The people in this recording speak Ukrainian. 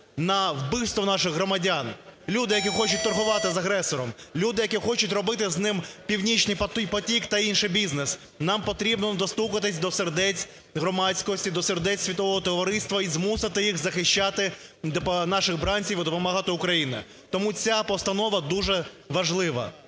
на вбивство наших громадян. Люди, які хочуть торгувати з агресором, люди, які хочуть робити з ним "Північний потік" та інший бізнес. Нам потрібно достукатись до сердець громадськості, до сердець світового товариства і змусити їх захищати наших бранців і допомагати Україні. Тому ця постанова дуже важлива,